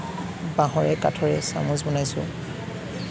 বাঁহেৰে কাঠেৰে চামুচ বনাইছোঁ